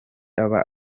aba